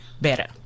better